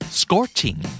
scorching